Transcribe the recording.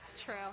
True